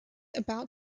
about